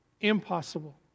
Impossible